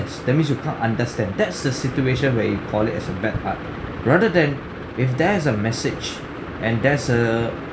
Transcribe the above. that means you can't understand that's the situation where you call it as a bad art rather than if there's a message and there's a